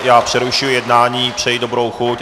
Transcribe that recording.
Já přerušuji jednání, přeji dobrou chuť.